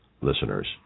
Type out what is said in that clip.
listeners